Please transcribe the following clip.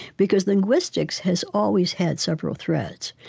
because linguistics has always had several threads.